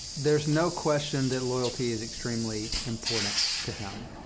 there's no question that loyalty is extremely important to him.